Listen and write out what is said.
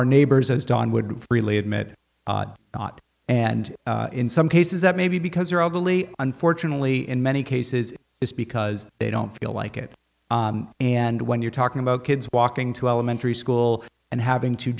our neighbors as don would freely admit and in some cases that may be because they are overly unfortunately in many cases it's because they don't feel like it and when you're talking about kids walking to elementary school and having to